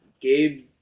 Gabe